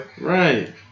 Right